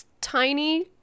tiny